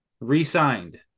resigned